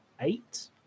eight